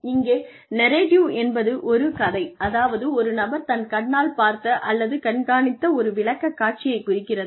இங்கே நெரேட்டிவ் என்பது ஒரு கதை அதாவது ஒரு நபர் தன் கண்ணால் பார்த்த அல்லது கண்காணித்த ஒரு விளக்கக்காட்சியை குறிக்கிறது